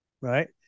Right